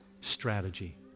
strategy